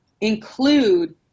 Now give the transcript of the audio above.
include